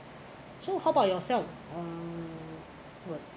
so how about yourself err what